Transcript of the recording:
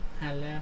Hello